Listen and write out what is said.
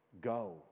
Go